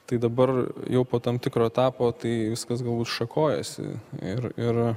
tai dabar jau po tam tikro etapo tai viskas galbūt šakojasi ir ir